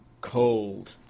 Cold